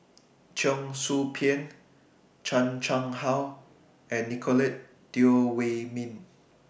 Cheong Soo Pieng Chan Chang How and Nicolette Teo Wei Min